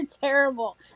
terrible